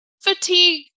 Fatigue